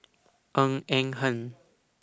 Ng Eng Hen